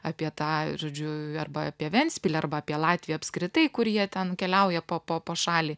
apie tą žodžiu arba apie ventspilį arba apie latviją apskritai kur jie ten keliauja po po po šalį